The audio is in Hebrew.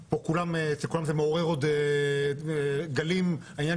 ואצל כולם זה מעורר עוד גלים בעניין